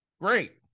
great